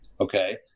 Okay